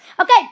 Okay